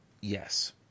Yes